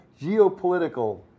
geopolitical